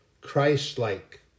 Christ-like